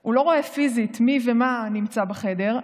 הוא לא רואה פיזית מי ומה נמצא בחדר,